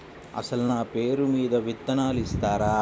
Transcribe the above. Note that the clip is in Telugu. అసలు నా పేరు మీద విత్తనాలు ఇస్తారా?